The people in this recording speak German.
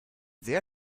sehr